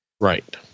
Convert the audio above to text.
Right